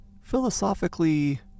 philosophically